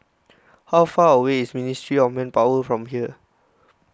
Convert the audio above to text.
how far away is Ministry of Manpower from here